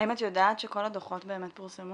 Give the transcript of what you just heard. האם את יודעת שכל הדוחות באמת פורסמו?